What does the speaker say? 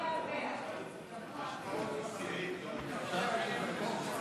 אי-אמון בממשלה